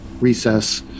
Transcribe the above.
recess